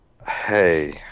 Hey